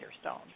stone